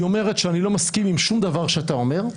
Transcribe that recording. היא אומרת שאני לא מסכים עם שום דבר שאתה אומר,